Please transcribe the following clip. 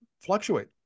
fluctuate